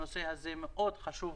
הנושא הזה מאוד חשוב